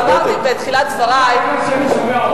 אמרתי בתחילת דברי, העיקר שאני שומע אותך.